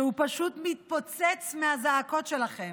שפשוט מתפוצץ מהזעקות שלכם,